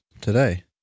today